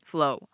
Flow